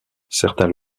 certains